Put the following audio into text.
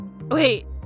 Wait